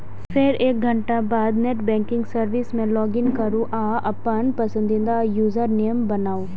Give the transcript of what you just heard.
फेर एक घंटाक बाद नेट बैंकिंग सर्विस मे लॉगइन करू आ अपन पसंदीदा यूजरनेम बनाउ